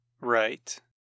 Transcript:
Right